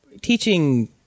teaching